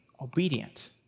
obedient